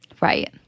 Right